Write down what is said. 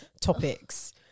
topics